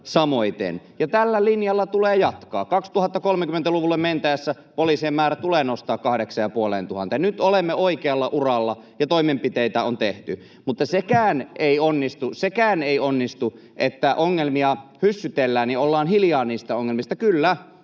Tällä linjalla tulee jatkaa: 2030-luvulle mentäessä poliisien määrä tulee nostaa kahdeksaan ja puoleen tuhanteen. Nyt olemme oikealla uralla, ja toimenpiteitä on tehty. Mutta sekään ei onnistu, että ongelmia hyssytellään ja ollaan hiljaa niistä ongelmista. Kyllä,